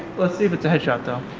let's see if it's a head shot though,